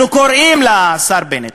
אנחנו קוראים לשר בנט,